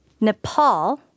Nepal